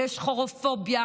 ויש שחורופוביה,